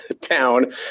town